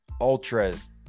ultras